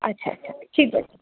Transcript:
अच्छा अच्छा ठीकु आहे